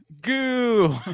Goo